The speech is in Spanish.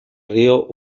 río